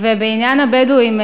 ובעניין הבדואים,